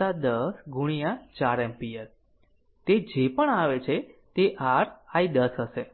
5 10 ગુણ્યા 4 એમ્પીયર તે જે પણ આવે તે r i 10 હશે